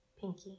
Pinky